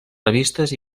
revistes